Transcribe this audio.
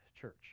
church